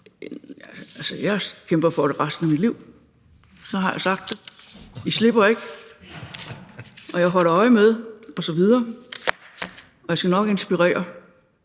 jeg kæmpe for resten af mit liv. Så har jeg sagt det. I slipper ikke, og jeg holder øje osv., Jeg skal nok inspirere